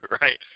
right